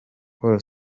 paul